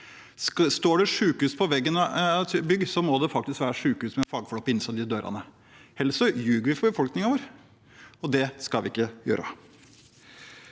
Står det sykehus på veggen på et bygg, må det faktisk være sykehus med fagfolk på innsiden av de dørene. Ellers juger vi for befolkningen vår, og det skal vi ikke gjøre.